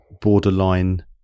borderline